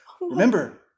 Remember